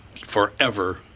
forever